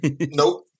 Nope